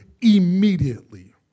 immediately